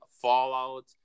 Fallout